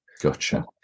Gotcha